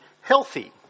healthy